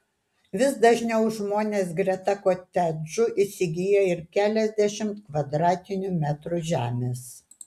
vis dažniau žmonės greta kotedžų įsigyja ir keliasdešimt kvadratinių metrų žemės